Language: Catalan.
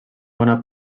bona